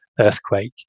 earthquake